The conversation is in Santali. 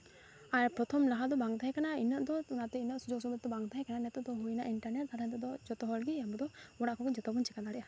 ᱟᱨ ᱯᱨᱚᱛᱷᱚᱢ ᱞᱟᱦᱟ ᱫᱚ ᱵᱟᱝ ᱛᱟᱦᱮᱸ ᱠᱟᱱᱟ ᱤᱱᱟᱹᱜ ᱫᱚ ᱚᱱᱟᱛᱮ ᱩᱱᱟᱹᱜ ᱥᱩᱡᱳᱜᱽ ᱥᱩᱵᱤᱫᱷᱟ ᱵᱟᱝ ᱛᱟᱦᱮᱸ ᱠᱟᱱᱟ ᱱᱤᱛᱚᱜ ᱫᱚ ᱦᱩᱭ ᱮᱱᱟ ᱤᱱᱴᱟᱨᱱᱮᱹᱴ ᱞᱟᱦᱟ ᱛᱮᱫᱚ ᱡᱚᱛᱚ ᱦᱚᱲᱜᱮ ᱦᱚᱲ ᱠᱷᱚᱱᱜᱮ ᱡᱚᱛᱚ ᱵᱚᱱ ᱪᱤᱠᱟᱹ ᱫᱟᱲᱮᱭᱟᱜᱼᱟ